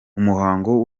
umuhango